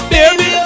Baby